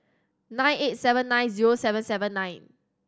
nine eight seven nine zero seven seven nine